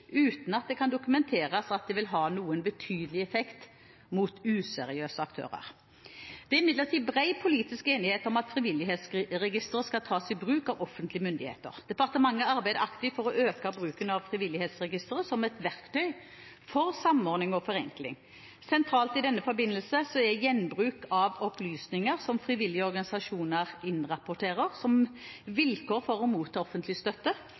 uten at det kan dokumenteres at det vil ha noen betydelig effekt mot useriøse aktører. Det er imidlertid bred politisk enighet om at Frivillighetsregisteret skal tas i bruk av offentlige myndigheter. Departementet arbeider aktivt for å øke bruken av Frivillighetsregisteret som et verktøy for samordning og forenkling. Sentralt i denne forbindelse er gjenbruk av opplysninger som frivillige organisasjoner innrapporterer som vilkår for å motta offentlig støtte,